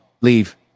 leave